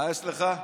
מה יש לך?